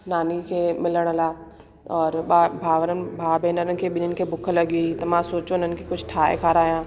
नानी खे मिलण लाइ और ॿ भावरनि भाउ भेनरूनि ॿिनिनि खे भुख लॻी हुई त मां सोचो उन्हनि खे कुझु ठाहे खारायां